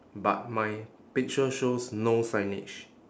but my picture shows no signage